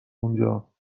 اونجا